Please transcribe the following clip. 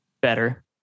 better